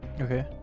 Okay